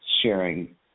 sharing